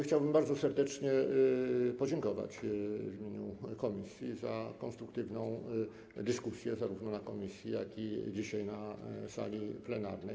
Chciałbym bardzo serdecznie podziękować w imieniu komisji za konstruktywną dyskusję zarówno na posiedzeniu komisji, jak i dzisiaj na sali plenarnej.